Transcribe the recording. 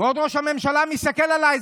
ועוד ראש הממשלה מסתכל עליי.